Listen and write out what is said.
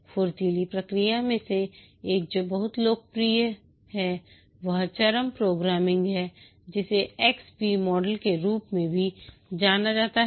फुर्तीली प्रक्रिया में से एक जो बहुत लोकप्रिय है वह चरम प्रोग्रामिंग है जिसे XP मॉडल के रूप में भी जाना जाता है